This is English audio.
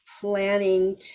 planning